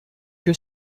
que